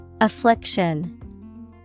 Affliction